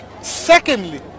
secondly